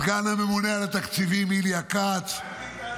סגן הממונה על התקציבים איליה כץ -- מה עם ביטן?